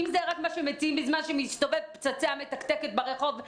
אם זה רק מה שמציעים בזמן שמסתובבת פצצה מתקתקת ברחוב לידה,